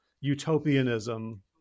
utopianism